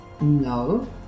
No